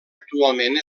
actualment